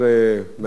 מעל הדוכן הזה,